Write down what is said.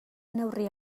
neurri